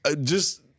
just-